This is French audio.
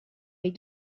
les